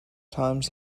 times